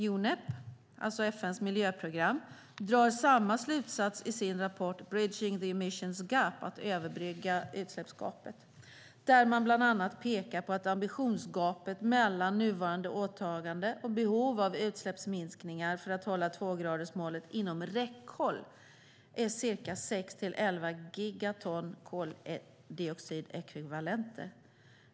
Unep, alltså FN:s miljöprogram, drar samma slutsats i sin rapport Bridging the Emissions Gap , alltså om att överbrygga utsläppsgapet, där man bland annat pekar på att ambitionsgapet mellan nuvarande åtaganden och behovet av utsläppsminskningar för att hålla tvågradersmålet inom räckhåll är cirka sex till elva gigaton koldioxidekvivalenter.